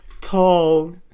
Tall